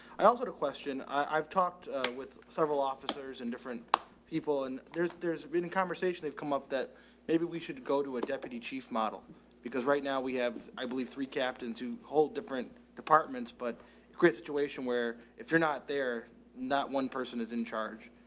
i also had a question. i've talked with several officers in different people and there's, there's written conversation, they've come up that maybe we should go to a deputy chief model because right now we have, i believe three captains who hold different departments, but a great situation where if you're not there, not one person is in charge.